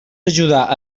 ajudar